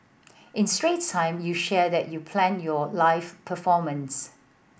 in Straits Times you shared that you planned your live performance